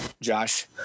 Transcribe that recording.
Josh